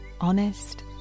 honest